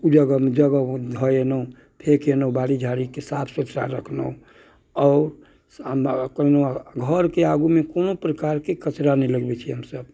ओ जगहमे जगहमे धऽ अयलहुँ फेंक अयलहुँ बारी झाड़ीके साफ सुथरा रखलहुँ आओर सामनेमे कोनो घरके आगूमे कोनो प्रकारके कचरा नहि लगबैत छियै हमसब